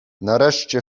nareszcie